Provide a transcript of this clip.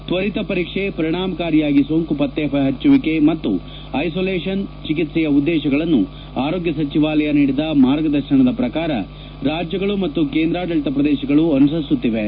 ತ್ವರಿತ ಪರೀಕ್ಷೆ ಪರಿಣಾಮಕಾರಿಯಾಗಿ ಸೋಂಕು ಪತ್ತೆ ಪಚ್ಚುವಿಕೆ ಮತ್ತು ಐಸೋಲೇಷನ್ ಚಿಕ್ಸೆಯ ಉದ್ದೇಶಗಳನ್ನು ಆರೋಗ್ಯ ಸಚಿವಾಲಯ ನೀಡಿದ ಮಾರ್ಗದರ್ಶನದ ಪ್ರಕಾರ ರಾಜ್ಯಗಳು ಮತ್ತು ಕೇಂದ್ರ ಪ್ರದೇಶಗಳು ಅನುಸರಿಸುತ್ತಿವೆ